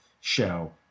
show